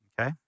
Okay